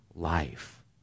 life